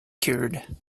cured